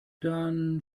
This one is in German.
dann